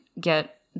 get